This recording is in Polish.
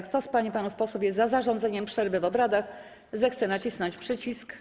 Kto z pań i panów posłów jest za zarządzeniem przerwy w obradach, zechce nacisnąć przycisk.